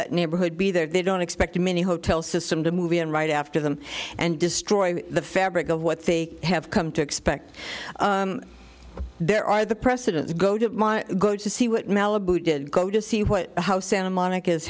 that neighborhood be there they don't expect many hotel system to move in right after them and destroy the fabric of what they have come to expect there are the precedents go to go to see what malibu did go to see what how santa monica is